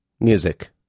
music